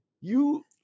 you-